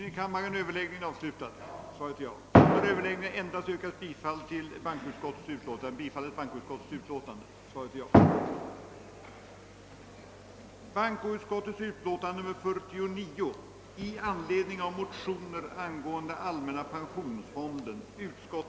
erforderliga fondbildningen inom ATP systemet med hänsyn till främst inverkan från konjunkturella och demografiska förändringar i samhället;